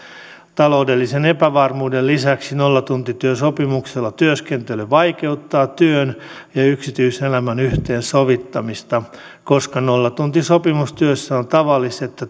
taloudellisen epävarmuuden lisäksi nollatuntityösopimuksella työskentely vaikeuttaa työn ja yksityiselämän yhteensovittamista koska nollatuntisopimustyössä on tavallista että